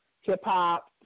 hip-hop